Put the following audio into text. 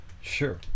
sure